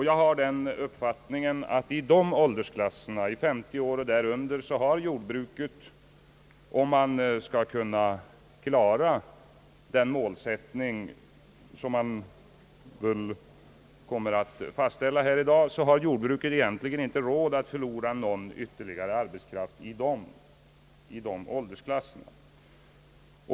Jag är av den uppfattningen att i dessa åldersklasser har jordbruket, för att kunna klara den målsättning som kommer att fastställas i dag, inte råd att förlora ytterligare arbetskraft.